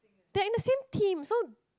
they are in the same team so